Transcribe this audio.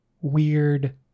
weird